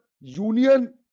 Union